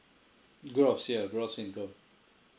gross yeah gross income